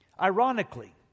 Ironically